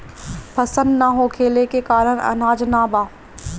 फसल ना होखले के कारण अनाज ना बा